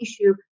issue